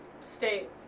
state